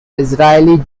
israeli